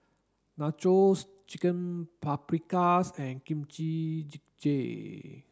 Nachos Chicken Paprikas and Kimchi Jjigae